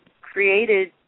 created